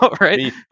Right